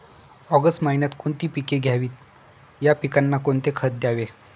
August महिन्यात कोणती पिके घ्यावीत? या पिकांना कोणते खत द्यावे?